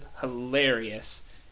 hilarious